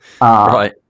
Right